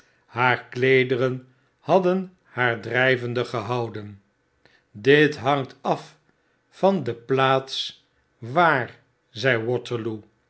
haar kleederen hadden haar drijvende gehouden dit hangt af van de plaats waar zei waterloo